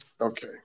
Okay